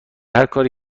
هرکاری